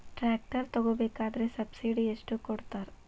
Tractor ತಗೋಬೇಕಾದ್ರೆ subsidy ಎಷ್ಟು ಕೊಡ್ತಾರ?